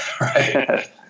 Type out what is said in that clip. Right